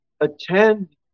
attend